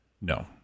No